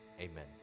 Amen